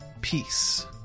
peace